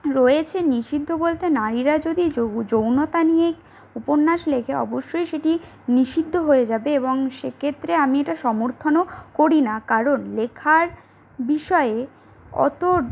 রয়েছে নিষিদ্ধ বলতে নারীরা যদি যৌনতা নিয়ে উপন্যাস লেখে অবশ্যই সেটি নিষিদ্ধ হয়ে যাবে এবং সেক্ষেত্রে আমি এটা সমর্থনও করি না কারণ লেখার বিষয়ে অত